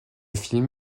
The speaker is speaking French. film